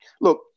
look